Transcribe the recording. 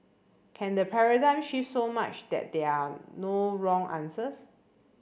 can the paradigm shift so much that there are no wrong answers